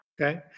Okay